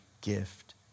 gift